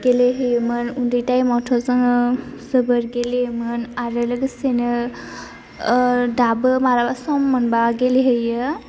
गेलेहैयोमोन उन्दै थाइमआवथ' जोङो जोबोर गेलेयोमोन आरो लोगोसेनो दाबो मालाबा सम मोनबा गेलेहैयो